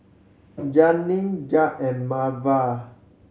Janeen Ja and Melva